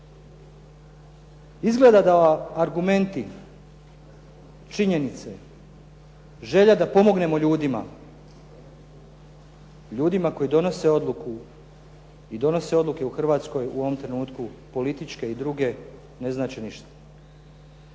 Izgleda da argumenti, činjenice, želja da pomognemo ljudima, ljudima koji donose odluku i donose odluke u Hrvatskoj u ovom trenutku političke i druge ne znače ništa.